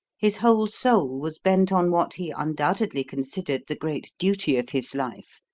his whole soul was bent on what he undoubtedly considered the great duty of his life,